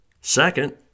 Second